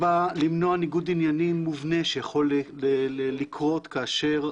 בא למנוע ניגוד עניינים מובנה שיכול לקרות כאשר,